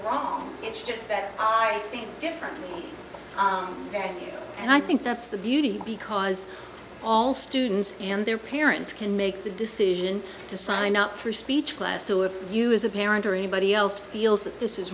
wrong it's just that i think differently and i think that's the beauty because all students and their parents can make the decision to sign up for speech class so if you as a parent or anybody else feels that this is